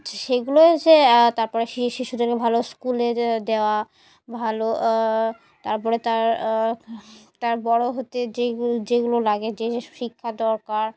সেইগুলো যে তার পরে শিশুদেরকে ভালো স্কুলে দে দেওয়া ভালো তার পরে তার তার বড় হতে যেগুল যেগুলো লাগে যে যে শিক্ষা দরকার